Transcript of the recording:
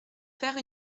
faire